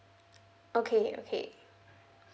okay okay